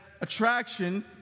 attraction